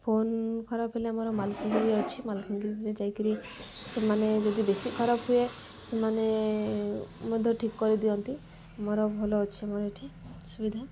phone ଖରାପ ହେଲେ ଆମର ମାଲକାନଗିରି ଅଛି ମାଲକାନଗିରିରେ ଯାଇକିରି ସେମାନେ ଯଦି ବେଶି ଖରାପ ହୁଏ ସେମାନେ ମଧ୍ୟ ଠିକ୍ କରିଦିଅନ୍ତି ମୋର ଭଲ ଅଛି ମୋର ଏଠି ସୁବିଧା